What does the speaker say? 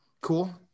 Cool